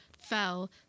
fell